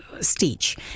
stage